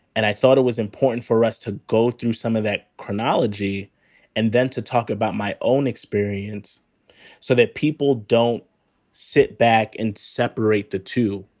and i thought it was important for us to go through some of that chronology and then to talk about my own experience so that people don't sit back and separate the two.